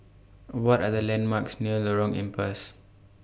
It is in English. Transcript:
What Are The landmarks near Lorong Ampas